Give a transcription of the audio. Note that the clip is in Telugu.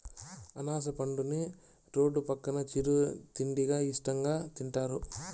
అనాస పండుని రోడ్డు పక్కన చిరు తిండిగా ఇష్టంగా తింటారు